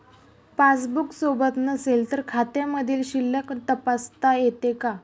Passbook सोबत नसेल तर खात्यामधील शिल्लक तपासता येते का?